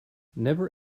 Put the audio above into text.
never